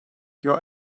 your